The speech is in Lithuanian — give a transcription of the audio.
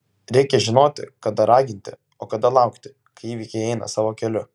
reikia žinoti kada raginti o kada laukti kai įvykiai eina savo keliu